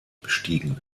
bestiegen